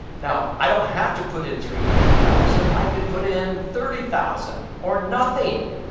now, i don't have to put in three hundred thousand. i could put in thirty thousand or nothing.